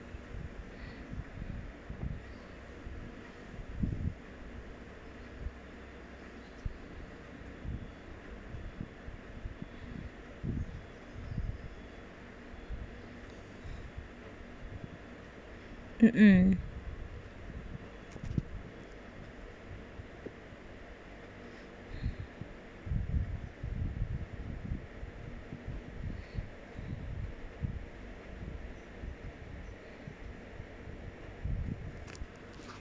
uh